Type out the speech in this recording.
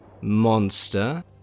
Monster